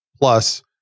plus